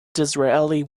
disraeli